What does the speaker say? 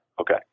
Okay